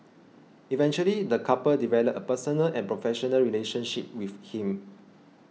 eventually the couple developed a personal and professional relationship with him